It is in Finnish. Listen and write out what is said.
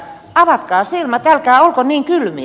avatkaa silmät älkää olko niin kylmiä